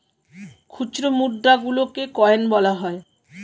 খুচরো মুদ্রা গুলোকে কয়েন বলা হয়